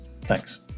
Thanks